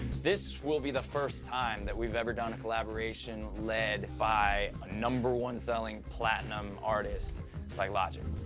this will be the first time that we've ever done a collaboration led by a number one selling platinum artist like logic.